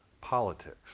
politics